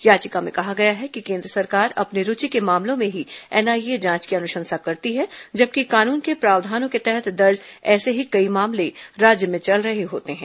याचिका में कहा गया है कि केंद्र सरकार अपनी रूचि के मामलों में ही एनआईए जांच की अनुशंसा करती है जबकि कानून के प्रावधानों के तहत दर्ज ऐसे ही कई मामले राज्य में चल रहे होते हैं